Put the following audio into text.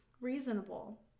Reasonable